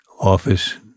office